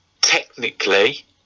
technically